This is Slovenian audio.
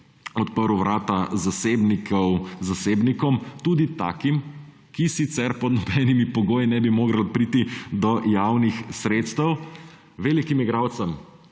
odprl vrata zasebnikom, tudi takim, ki sicer pod nobenimi pogoji ne bi mogli priti do javnih sredstev. Velikim igralcem,